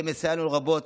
שמסייע לנו רבות.